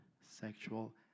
sexual